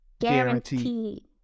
Guaranteed